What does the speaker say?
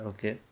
Okay